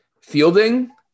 fielding